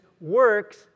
works